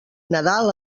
nadal